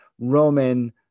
Roman